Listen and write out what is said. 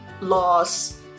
laws